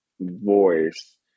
voice